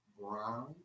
Brown